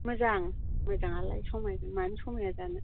मोजां मोजाङालाय समायगोन मानो समाया जानो